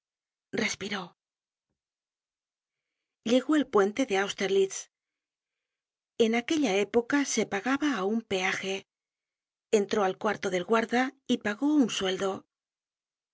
at llegó al puente de austerlitz en aquella época se pagaba aun peaje entró al cuarto del guarda y pagó un sueldo